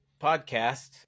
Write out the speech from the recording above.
podcast